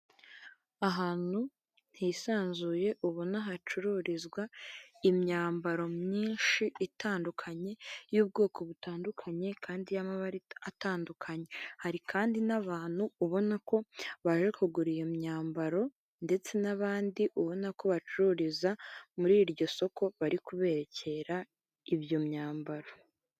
Ahantu hisanzuye ubona hacururizwa imyambaro myinshi itandukanye y'ubwoko butandukanye, kandi y'amabarita atandukanye. Hari kandi n'abantu ubona ko baje kugura iyo myambaro, ndetse n'abandi ubona ko bacururiza muri iryo soko bari kuberekera iyo myambaro.